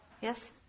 Yes